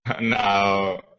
Now